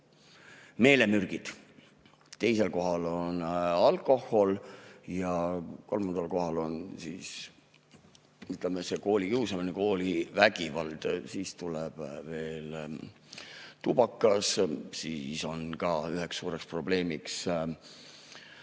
meelemürgid, teisel kohal on alkohol ja kolmandal kohal on, ütleme, koolikiusamine, koolivägivald, siis tuleb veel tubakas ja siis on üheks suureks probleemiks, kuidas